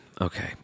Okay